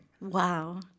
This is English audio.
Wow